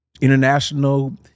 international